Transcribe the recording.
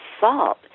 salt